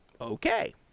okay